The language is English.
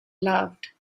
loved